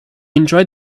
enjoyed